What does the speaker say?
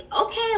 okay